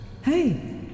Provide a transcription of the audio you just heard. Hey